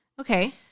Okay